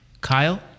Kyle